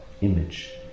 Image